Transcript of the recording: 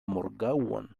morgaŭon